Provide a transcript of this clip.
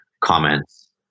comments